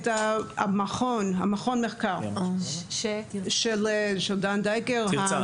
את מכון המחקר של דן דייקר.